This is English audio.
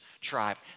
tribe